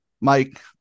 Mike